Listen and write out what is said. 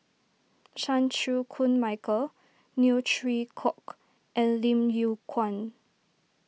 Chan Chew Koon Michael Neo Chwee Kok and Lim Yew Kuan